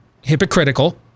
hypocritical